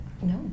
No